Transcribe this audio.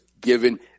given